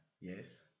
yes